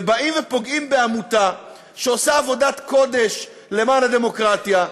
ובאים ופוגעים בעמותה שעושה עבודת קודש למען הדמוקרטיה,